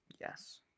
Yes